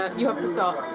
you have to start